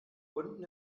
unten